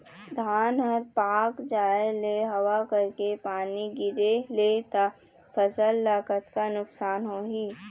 धान हर पाक जाय ले हवा करके पानी गिरे ले त फसल ला कतका नुकसान होही?